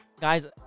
Guys